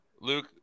Luke